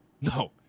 No